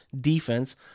defense